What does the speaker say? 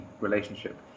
relationship